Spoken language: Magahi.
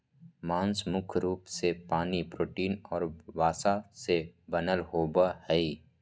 मांस मुख्य रूप से पानी, प्रोटीन और वसा से बनल होबो हइ